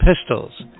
pistols